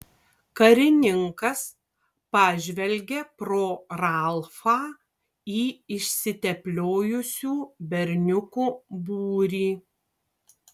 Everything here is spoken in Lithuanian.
karininkas pažvelgė pro ralfą į išsitepliojusių berniukų būrį